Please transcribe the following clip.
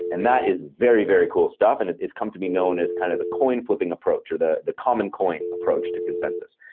and that is very, very cool stuff and it is come to be known as kind of the coin flipping approach or the the common coin approach to consensus.